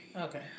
Okay